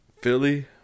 Philly